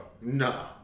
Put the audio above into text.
No